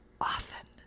often